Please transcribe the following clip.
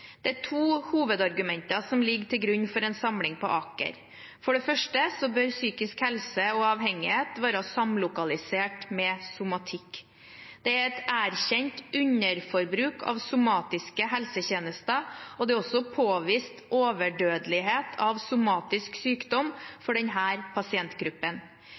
Det er to hovedargumenter som ligger til grunn for en samling på Aker. For det første bør psykisk helse og avhengighet være samlokalisert med somatikk. Det er et erkjent underforbruk av somatiske helsetjenester, og det er også påvist overdødelighet av somatisk sykdom for denne pasientgruppen.